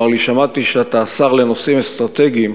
לי: שמעתי שאתה השר לנושאים אסטרטגיים.